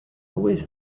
always